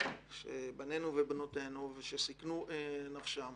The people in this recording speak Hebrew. ובנותינו שסיכנו נפשם